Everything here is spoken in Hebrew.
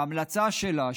ההמלצה שלה,